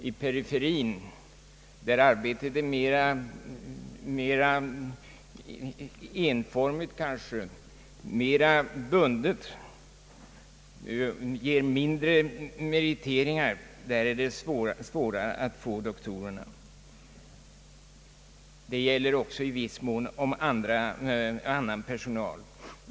I periferien där arbetet är mera enformigt, kanske mera bundet, och ger mindre meriter är det svårare att få doktorer. Det gäller också i viss mån om annan personal.